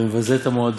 והמבזה את המועדות,